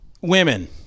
women